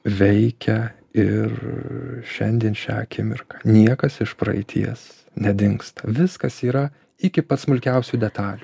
veikia ir šiandien šią akimirką niekas iš praeities nedingsta viskas yra iki pat smulkiausių detalių